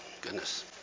Goodness